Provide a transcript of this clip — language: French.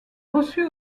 reçut